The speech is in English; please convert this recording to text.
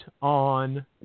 on